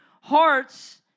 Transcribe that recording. hearts